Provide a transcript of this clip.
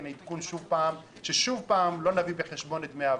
עדכון ששוב פעם לא יביא בחשבון את דמי האבטלה.